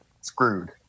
screwed